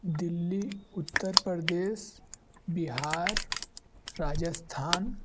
Delhi Uttar Pradesh Bihar Rajasthan